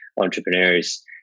entrepreneurs